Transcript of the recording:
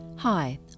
Hi